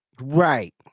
Right